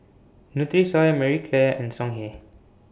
Nutrisoy Marie Claire and Songhe